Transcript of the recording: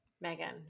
Megan